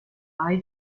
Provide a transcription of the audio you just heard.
mai